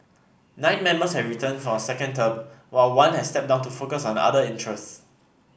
nine members have returned for a second term while one has stepped down to focus on other interests